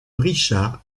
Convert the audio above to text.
richard